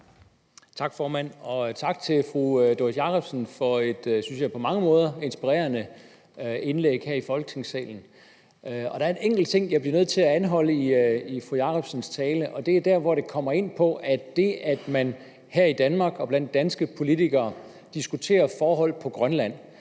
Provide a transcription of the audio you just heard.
Tak, formand. Og tak til fru Doris Jakobsen for et, synes jeg, på mange måder inspirerende indlæg her i Folketingssalen. Der er en enkelt ting, jeg bliver nødt til at anholde i fru Jakobsens tale, og det er dér, hvor talen kommer ind på, at det, at man her i Danmark blandt danske politikere diskuterer forhold på Grønland,